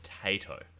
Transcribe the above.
potato